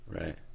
right